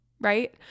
right